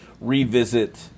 Revisit